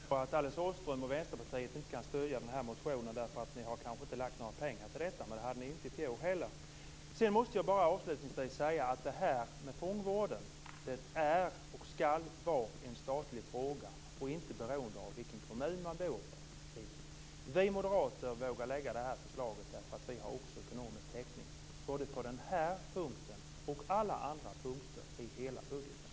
Fru talman! Jag kan förstå att Alice Åström och Vänsterpartiet inte kan stödja den här motionen, därför att ni kanske inte har lagt några pengar till detta. Men det hade ni inte gjort i fjol heller. Jag måste bara avslutningsvis säga att fångvården är och skall vara en statlig fråga och inte vara beroende av vilken kommun man bor i. Vi moderater vågar lägga det här förslaget därför att vi har ekonomisk täckning både på den här punkten och på alla andra punkter i hela budgeten.